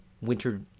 winter